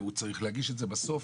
בסוף,